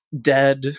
dead